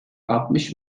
altmış